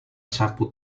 sapu